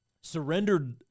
surrendered